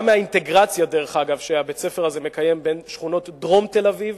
גם מהאינטגרציה שבית-הספר הזה מקיים בין שכונות דרום תל-אביב